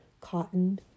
Cotton